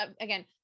again